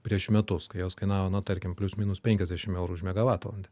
prieš metus kai jos kainavo na tarkim plius minus penkiasdešim eurų už megavatvalandę